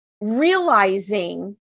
realizing